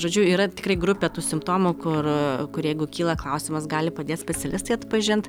žodžiu yra tikrai grupė tų simptomų kur kur jeigu kyla klausimas gali padėt specialistai atpažint